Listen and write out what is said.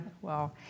Wow